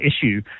issue